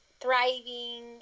thriving